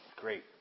Great